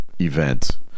event